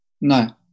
No